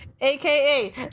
aka